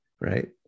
right